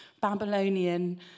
Babylonian